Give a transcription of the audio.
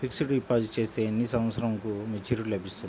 Fixed deposit చేస్తే ఎన్ని సంవత్సరంకు మెచూరిటీ లభిస్తుంది?